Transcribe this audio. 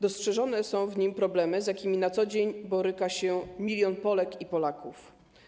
Dostrzeżone są w nim problemy, z jakimi na co dzień boryka się milion Polek i Polaków.